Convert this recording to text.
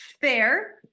fair